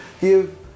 give